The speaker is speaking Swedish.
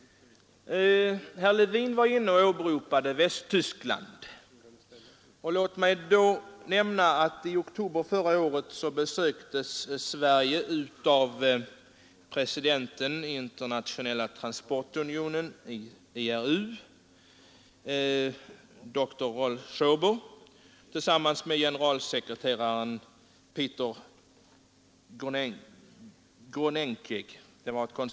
Herr Levin åberopade Västtyskland. Låt mig då säga att i oktober förra året besöktes Sverige av presidenten i Internationella transportunionen — IRU — dr Rolf Schober och generalsekreteraren Pieter Groenendijk.